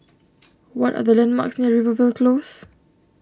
what are the landmarks near Rivervale Close